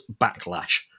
backlash